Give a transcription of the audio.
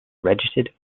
registered